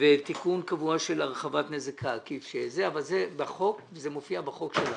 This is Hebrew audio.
ותיקון קבוע של הרחבת הנזק העקיף אבל זה מופיע בחוק שלנו.